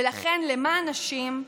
ולכן למען נשים,